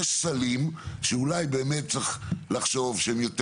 יש סלים שאולי באמת צריך לחשוב שהם יותר